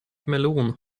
melon